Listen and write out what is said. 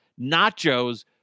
Nachos